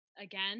again